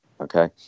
okay